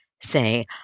say